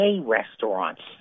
Restaurants